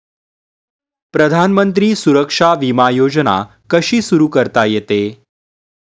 प्रधानमंत्री सुरक्षा विमा योजना कशी सुरू करता येते?